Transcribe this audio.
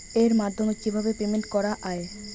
এর মাধ্যমে কিভাবে পেমেন্ট করা য়ায়?